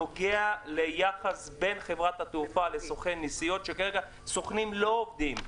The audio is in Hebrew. נוגע ליחס בין חברת התעופה לסוכן נסיעות שכרגע סוכנים לא עובדים.